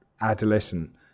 adolescent